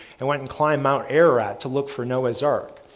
and went and climbed mount ararat to look for noah's ark.